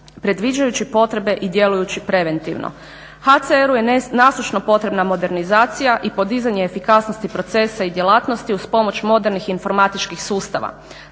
predviđajući potrebe i djelujući preventivno. HCR-u je nasušno potreban modernizacija i podizanje efikasnosti procesa i djelatnosti uz pomoć modernih informatičkih sustava.